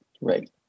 right